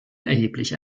erheblich